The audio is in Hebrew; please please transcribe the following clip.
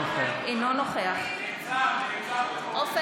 אינו נוכח עופר